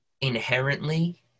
inherently